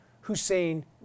Hussein